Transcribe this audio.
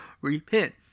repent